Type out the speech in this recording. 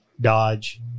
Dodge